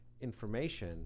information